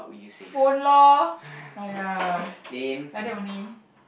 phone lor !aiya! like that only